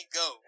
go